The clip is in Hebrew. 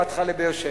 הגעתך לבאר-שבע.